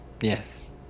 Yes